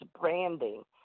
branding